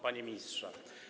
Panie Ministrze!